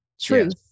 truth